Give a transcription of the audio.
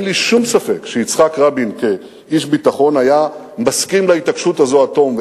אין לי שום ספק שיצחק רבין כאיש ביטחון היה מסכים להתעקשות הזו עד תום,